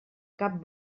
cap